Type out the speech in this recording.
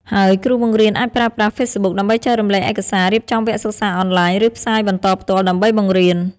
ហើយគ្រូបង្រៀនអាចប្រើប្រាស់ ហ្វេសបុក ដើម្បីចែករំលែកឯកសារ រៀបចំវគ្គសិក្សាអនឡាញ ឬផ្សាយបន្តផ្ទាល់ដើម្បីបង្រៀន។